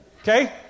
Okay